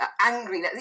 angry